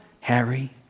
Harry